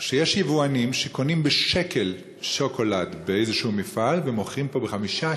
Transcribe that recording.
שיש יבואנים שקונים בשקל שוקולד באיזה מפעל ומוכרים פה ב-5,